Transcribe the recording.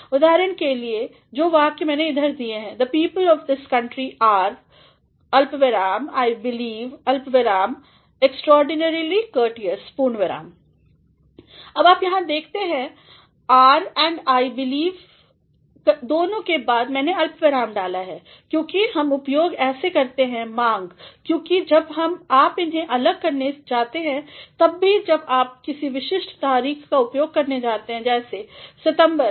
उदाहरण के लिए जो वाक्य मैने इधर दिए हैं the people of this country are I believe extraordinarily courteous अब आप यहाँ देखते हैं areऔर I believeदोनों के बाद मैने अल्पविराम डाला है क्योंकि हम उपयोग ऐसे करते हैं मांग क्योंकि जब आप इन्हें अलग करने जाते हैं और तब भीजब आप किसी विशिष्ट तारीख का उपयोग करने जाते हैं जैसे सितंबर ९ २०१९